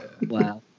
Wow